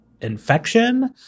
infection